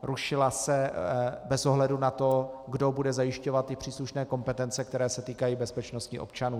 Rušila se bez ohledu na to, kdo bude zajišťovat ty příslušné kompetence, které se týkají bezpečnosti občanů.